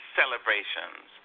celebrations